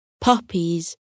puppies